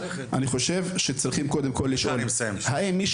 אני חושב שצריכים קודם כל לשאול האם מי